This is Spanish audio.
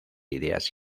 ideas